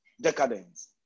decadence